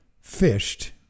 fished